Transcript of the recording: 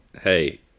hey